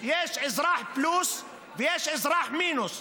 יש אזרח פלוס ויש אזרח מינוס,